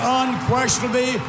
unquestionably